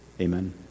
Amen